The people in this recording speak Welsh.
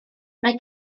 mae